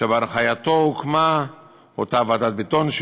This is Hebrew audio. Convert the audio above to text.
שבהנחייתו הוקמה אותה ועדת ביטון,